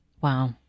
Wow